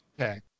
Okay